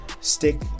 stick